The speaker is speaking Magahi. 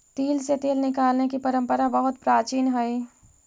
तिल से तेल निकालने की परंपरा बहुत प्राचीन हई